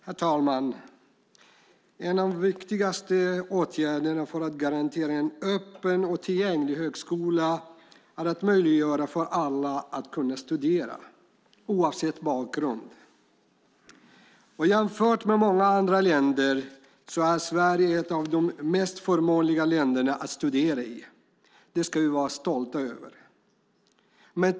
Herr talman! En av de viktigaste åtgärderna för att garantera en öppen och tillgänglig högskola är att möjliggöra för alla att studera, oavsett bakgrund. Jämfört med många länder är Sverige ett av de mest förmånliga länderna att studera i. Det ska vi vara stolta över.